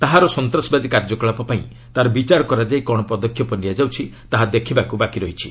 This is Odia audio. ତାହାର ସନ୍ତାସବାଦୀ କାର୍ଯ୍ୟକଳାପ ପାଇଁ ତା'ର ବିଚାର କରାଯାଇ କ'ଣ ପଦକ୍ଷେପ ନିଆଯାଉଛି ତାହା ଦେଖିବାକୁ ବାକି ରହିଛି